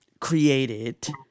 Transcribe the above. created